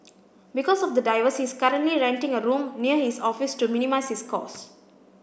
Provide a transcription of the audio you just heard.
because of the diverse he is currently renting a room near his office to minimise his cost